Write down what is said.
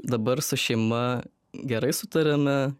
dabar su šeima gerai sutariame